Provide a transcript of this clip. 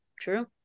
true